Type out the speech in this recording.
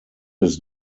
his